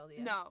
No